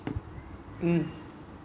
and ah